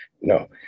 No